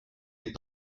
est